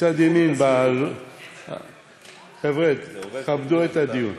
מצד ימין, חבר'ה, כבדו את הדיון.